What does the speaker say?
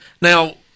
Now